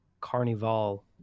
carnival